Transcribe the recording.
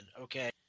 okay